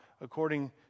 according